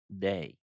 day